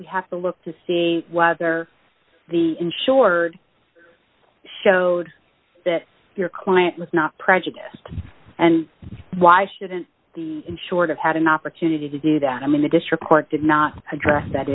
we have to look to see whether the insured showed that your client was not prejudiced and why shouldn't the insured of had an opportunity to do that i mean the district court did not address that